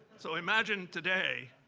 so imagine today,